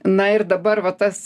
na ir dabar va tas